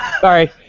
sorry